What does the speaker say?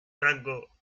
franco